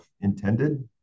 intended